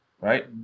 right